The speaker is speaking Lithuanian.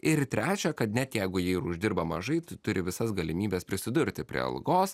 ir trečia kad net jeigu jie ir uždirba mažai tu turi visas galimybes prisidurti prie algos